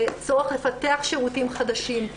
צורך לפתח שירותים חדשים,